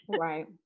right